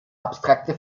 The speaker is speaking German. abstrakte